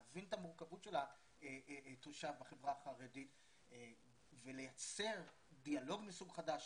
להבין את המורכבות של התושב בחברה החרדית ולייצר דיאלוג מסוג חדש,